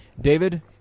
David